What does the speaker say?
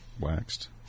Waxed